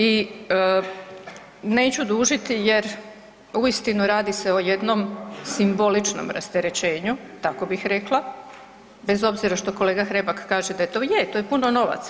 I neću dužiti jer uistinu radi se o jednom simboličnom rasterećenju tako bih rekla bez obzira što kolega Hrebak kaže da je to, je to je puno novaca.